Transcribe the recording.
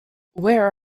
where